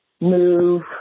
move